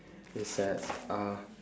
it's at uh